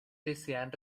desean